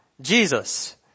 Jesus